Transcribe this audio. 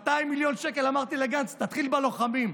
200 מיליון שקל, אמרתי לגנץ: תתחיל בלוחמים,